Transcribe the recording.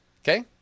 Okay